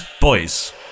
boys